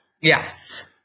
Yes